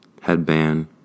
Headband